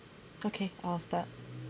okay I'll start